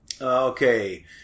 Okay